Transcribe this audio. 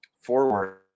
forward